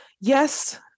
Yes